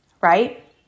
right